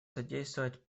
содействовать